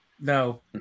no